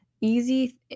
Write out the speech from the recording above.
easy